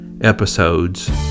episodes